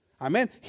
Amen